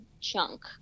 chunk